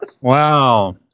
wow